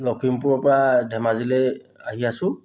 লখিমপুৰৰপৰা ধেমাজিলৈ আহি আছোঁ